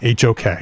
HOK